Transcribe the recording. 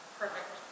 perfect